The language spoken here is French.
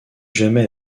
jamais